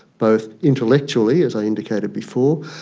both intellectually, as i indicated before,